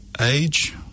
age